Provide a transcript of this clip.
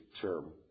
term